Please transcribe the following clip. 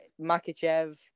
Makachev